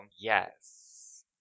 yes